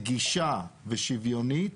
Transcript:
נגישה ושוויונית,